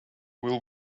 will